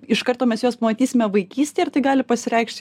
iš karto mes juos matysime vaikystėj ir tai gali pasireikšt